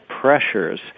pressures